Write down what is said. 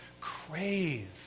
crave